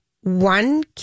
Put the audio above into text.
one